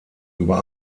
über